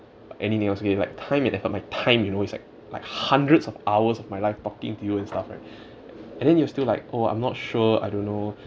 anything else okay like time and effort my time you know it's like like hundreds of hours of my life talking to you and stuff like and then you're still like oh I'm not sure I don't know